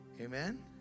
Amen